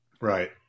Right